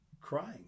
crying